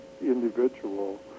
individual